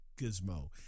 gizmo